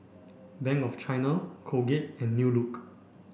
Bank of China Colgate and New Look